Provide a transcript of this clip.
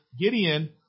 Gideon